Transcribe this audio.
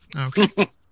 Okay